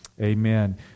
Amen